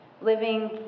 living